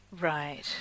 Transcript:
right